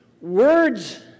Words